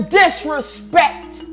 disrespect